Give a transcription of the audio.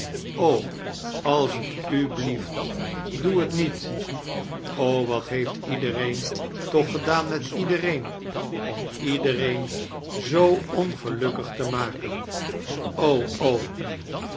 als t u blieft doe t niet wat heeft iedeieem toch gedaan met iedereen om iediereen zoo ongelukkig te maken